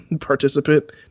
participant